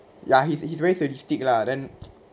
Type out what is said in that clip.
ya he's he's very sadistic lah then